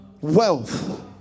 wealth